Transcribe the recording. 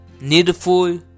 needful